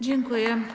Dziękuję.